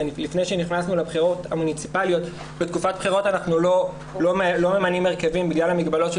בחירות אנחנו לא ממנים הרכבים בגלל המגבלות של